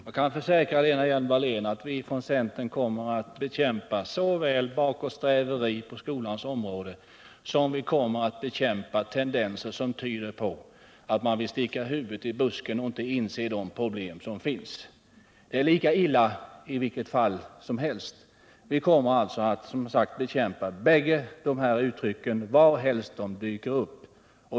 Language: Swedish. Herr talman! Jag kan försäkra att vi från centern kommer att bekämpa så väl bakåtsträveri på skolans område som tendenser till att sticka huvudet i busken och inte inse de problem som finns. Båda sakerna är lika illa, och vi kommer alltså att bekämpa dem bägge varhelst de dyker upp.